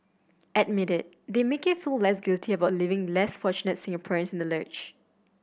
admit it they make you feel less guilty about leaving less fortunate Singaporeans in the lurch